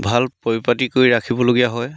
ভাল পৰিপাটি কৰি ৰাখিবলগীয়া হয়